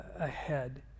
ahead